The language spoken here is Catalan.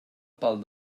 pel